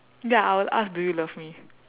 ya I will ask do you love me